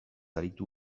aritu